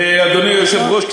אדוני היושב-ראש,